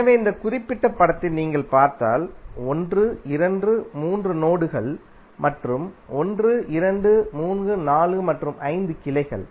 எனவே இந்த குறிப்பிட்ட படத்தில் நீங்கள் பார்த்தால் 1 2 3 நோடுகள் மற்றும் 1234 மற்றும் 5 கிளைகள்